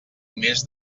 més